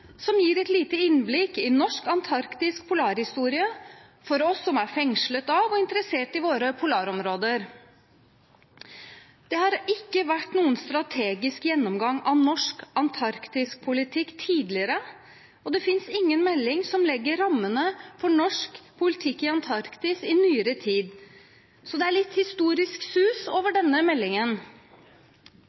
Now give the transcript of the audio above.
som gir et lite innblikk i norsk antarktisk polarhistorie for oss som er fengslet av og interessert i våre polarområder. Det har ikke vært noen strategisk gjennomgang av norsk antarktispolitikk tidligere, og det finnes ingen melding som legger rammene for norsk politikk i Antarktis i nyere tid, så det er litt historisk sus over denne meldingen.